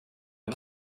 var